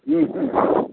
हॅं